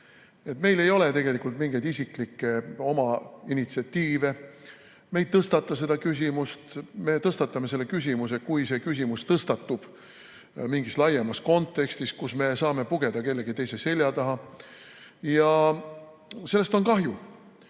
Meil ei ole tegelikult mingeid oma isiklikke initsiatiive. Me ei tõstata seda küsimust. Me tõstatame selle küsimuse siis, kui see küsimus tõstatub mingis laiemas kontekstis, kus me saame pugeda kellegi teise selja taha. Sellest on kahju